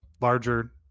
larger